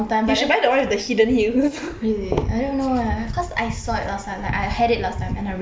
really I don't know leh cause I saw it last time like I had it last time and I really really liked it